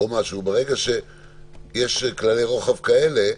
ברגע שיש כללי רוחב כאלה,